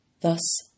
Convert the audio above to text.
Thus